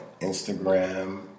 Instagram